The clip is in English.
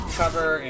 cover